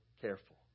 careful